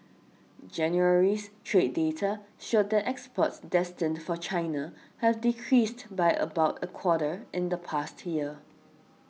January's trade data showed that exports destined for China have decreased by about a quarter in the past year